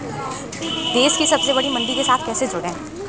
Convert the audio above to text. देश की सबसे बड़ी मंडी के साथ कैसे जुड़ें?